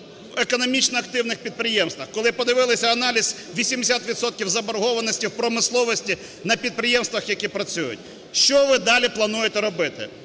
економічно активних підприємствах. Коли подивилися аналіз, 80 відсотків заборгованості в промисловості на підприємствах, які працюють. Що ви далі плануєте робити?